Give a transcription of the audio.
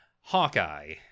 Hawkeye